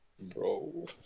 bro